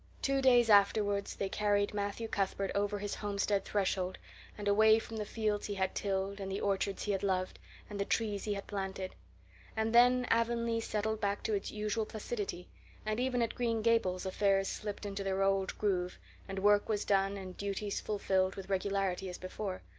two days afterwards they carried matthew cuthbert over his homestead threshold and away from the fields he had tilled and the orchards he had loved and the trees he had planted and then avonlea settled back to its usual placidity and even at green gables affairs slipped into their old groove and work was done and duties fulfilled with regularity as before,